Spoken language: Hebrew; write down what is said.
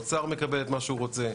האוצר מקבל את מה שהוא רוצה,